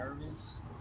nervous